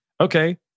okay